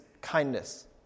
kindness